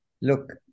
look